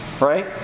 right